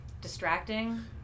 Distracting